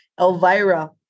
Elvira